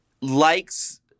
likes